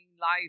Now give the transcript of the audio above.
life